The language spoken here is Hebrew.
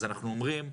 אז אנחנו אומרים,